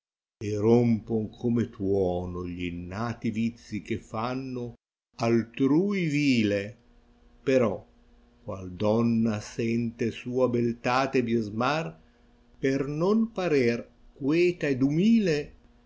e rompon come tuono gp innati vizi che fanno a ui vile però qual donna sente sua eltate biasmar per non parer qué j ed umile